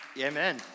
amen